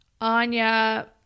Anya